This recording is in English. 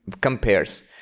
compares